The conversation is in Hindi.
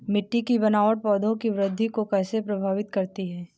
मिट्टी की बनावट पौधों की वृद्धि को कैसे प्रभावित करती है?